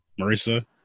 Marissa